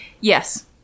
Yes